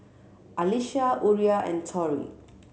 Alisha Uriah and Tory